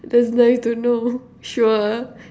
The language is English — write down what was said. that's nice to know sure